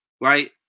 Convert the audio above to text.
right